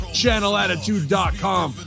channelattitude.com